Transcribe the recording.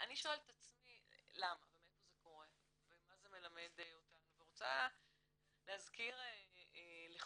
אני שואלת את עצמי למה זה קורה ומה זה מלמד אותנו ורוצה להזכיר לכולנו,